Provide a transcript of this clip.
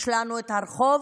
יש לנו את הרחוב,